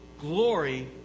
glory